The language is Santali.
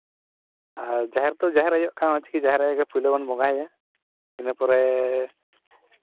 ᱟᱨ ᱡᱟᱦᱮᱨ ᱛᱚ ᱡᱟᱦᱮᱨ ᱟᱭᱳ ᱴᱷᱟᱶ ᱠᱟᱱᱟ ᱚᱱᱟᱛᱮ ᱡᱟᱦᱮᱨ ᱟᱭᱚ ᱜᱮ ᱯᱳᱭᱞᱚ ᱵᱚᱱ ᱵᱚᱸᱜᱟ ᱟᱭᱟ ᱤᱱᱟᱹᱯᱚᱨᱮ